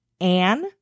Anne